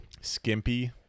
Skimpy